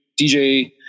DJ